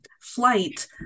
flight